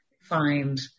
find